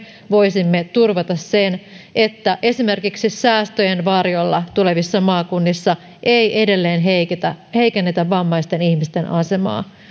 voisimme turvata sen että esimerkiksi säästöjen varjolla ei tulevissa maakunnissa edelleen heikennetä heikennetä vammaisten ihmisten asemaa